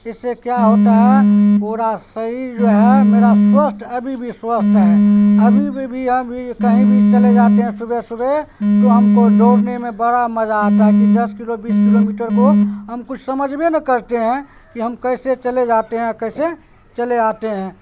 اس سے کیا ہوتا ہے پورا سریر جو ہے میرا سوستھ ابھی بھی سوستھ ہے ابھی بھی کہیں بھی چلے جاتے ہیں صبح صبح تو ہم کو دوڑنے میں بڑا مزہ آتا ہے کہ دس کلو بیس کلو میٹر کو ہم کچھ سمجھبے نہ کرتے ہیں کہ ہم کیسے چلے جاتے ہیں کیسے چلے آتے ہیں